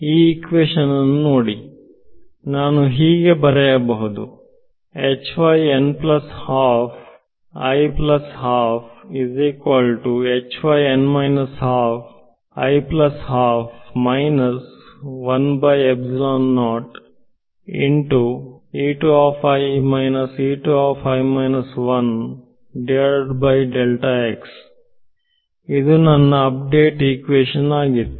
ಈ ಇಕ್ವೇಶನ್ ಅನ್ನು ನೋಡಿ ನಾನು ಹೀಗೆ ಬರೆಯಬಹುದು ಇದು ನನ್ನ ಅಪ್ಡೇಟ್ ಇಕ್ವೇಶನ್ ಆಗಿತ್ತು